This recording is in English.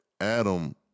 Adam